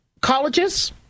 colleges